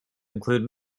include